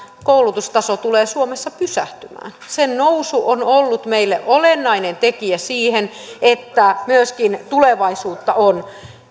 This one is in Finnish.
koulutustaso tulee suomessa pysähtymään sen nousu on ollut meille olennainen tekijä siihen että myöskin tulevaisuutta on